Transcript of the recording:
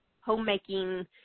homemaking